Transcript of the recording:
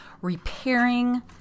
repairing